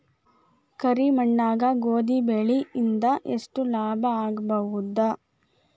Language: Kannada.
ಕರಿ ಮಣ್ಣಾಗ ಗೋಧಿ ಬೆಳಿ ಇಂದ ಎಷ್ಟ ಲಾಭ ಆಗಬಹುದ?